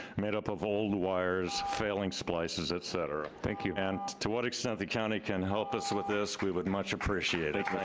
made up of old wires, failing splices, et cetera. thank you. and to what extent the county can help us with this we would much appreciate it. thank